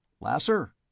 Lasser